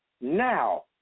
Now